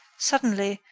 suddenly,